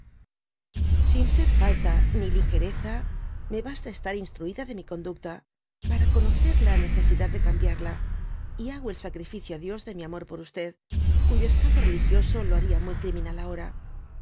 sin ser falta ni ligereza me basta estar instruida de mi conductapara conocer la necesidad de cambiarla y y hago el sacrificio á dios de mi amor por qy cayo estado religioso lo haría muy criminal ahora